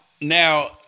Now